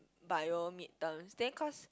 bio midterms then cause